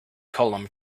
column